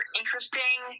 interesting